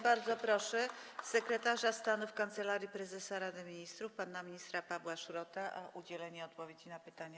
Bardzo proszę sekretarza stanu w Kancelarii Prezesa Rady Ministrów pana ministra Pawła Szrota o udzielenie odpowiedzi na pytania.